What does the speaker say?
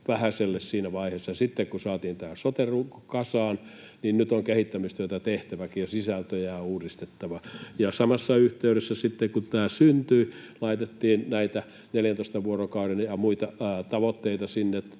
vähäiselle siinä vaiheessa. Sitten kun saatiin tämä sote-runko kasaan, niin nyt oli kehittämistyötä tehtäväkin ja sisältöjä uudistettava. Samassa yhteydessä sitten, kun tämä syntyi, laitettiin näitä 14 vuorokauden ja muita tavoitteita sinne,